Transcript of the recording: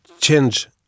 change